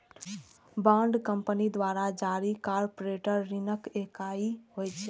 bond company द्वारा जारी corporate ऋणक इकाइ होइ छै